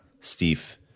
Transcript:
Steve